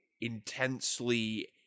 intensely